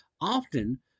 often